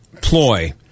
ploy